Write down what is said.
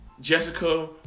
Jessica